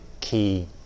key